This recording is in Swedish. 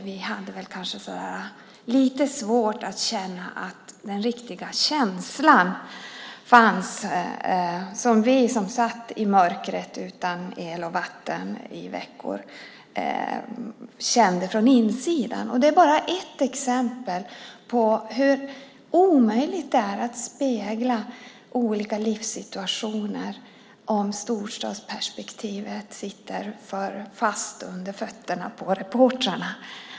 Vi hade lite svårt att känna att den riktiga känslan fanns som vi som satt i mörkret utan el och vatten i veckor kände från insidan. Det är bara ett exempel på hur omöjligt det är att spegla olika livssituationer om storstadsperspektivet sitter för fast under fötterna på reportrarna.